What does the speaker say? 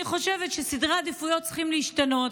ואני חושבת שסדרי העדיפויות צריכים להשתנות.